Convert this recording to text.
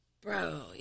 Bro